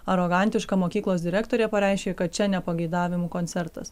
arogantiška mokyklos direktorė pareiškė kad čia ne pageidavimų koncertas